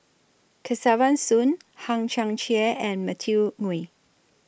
Kesavan Soon Hang Chang Chieh and Matthew Ngui